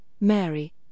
Mary